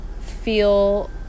feel